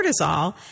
cortisol